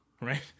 right